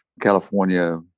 California